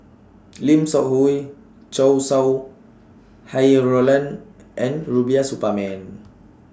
Lim Seok Hui Chow Sau Hai Roland and Rubiah Suparman